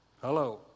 Hello